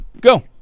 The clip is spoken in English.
Go